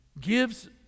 gives